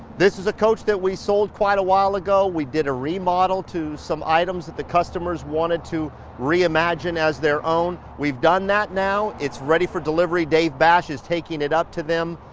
this is a coach that we sold quite a while ago. we did a remodel to some items that the customers wanted to reimagine as their own. we've done that now it's ready for delivery. dave bash is taking it up to them.